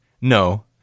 No